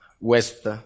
West